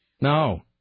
No